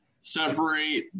separate